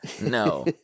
No